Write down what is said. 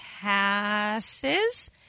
passes